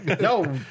No